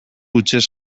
hutsez